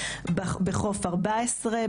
בחוף 14,